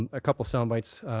and a couple sound bites,